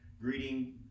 greeting